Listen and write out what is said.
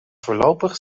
voorlopig